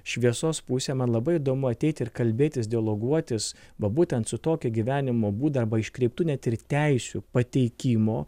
šviesos pusėj man labai įdomu ateiti ir kalbėtis dialoguotis va būtent su tokį gyvenimo būdą arba iškreiptų net ir teisių pateikimo